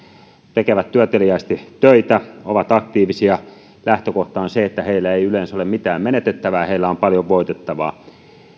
tekevät työteliäästi töitä ovat aktiivisia lähtökohta on se että heillä ei yleensä ole mitään menetettävää heillä on paljon voitettavaa